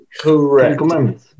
Correct